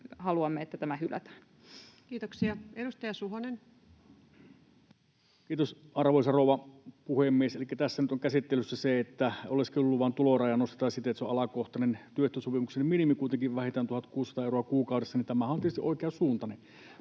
muuttamisesta Time: 17:51 Content: Kiitos, arvoisa rouva puhemies! Elikkä tässä nyt on käsittelyssä se, että oleskeluluvan tulorajaa nostetaan siten, että se on alakohtainen, työehtosopimuksen minimi, kuitenkin vähintään 1 600 euroa kuukaudessa, ja tämähän on tietysti oikeansuuntainen.